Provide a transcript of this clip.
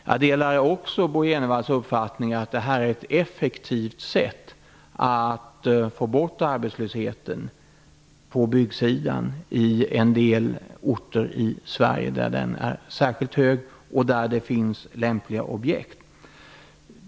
Jag delar Bo G Jenevalls uppfattning om att detta är ett effektivt sätt att få bort arbetslösheten på byggsidan i en del orter i Sverige där den är sär skilt hög och där det finns lämpliga objekt.